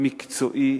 מקצועי,